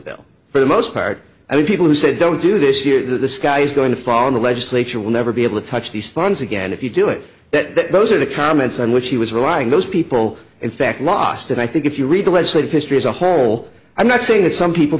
bill for the most part i mean people who said don't do this year that the sky is going to fall in the legislature will never be able to touch these funds again if you do it that those are the comments on which he was writing those people in fact lost and i think if you read the legislative history as a whole i'm not saying that some people